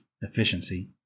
efficiency